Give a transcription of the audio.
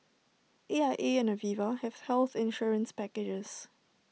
A I A and Aviva have health insurance packages